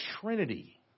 Trinity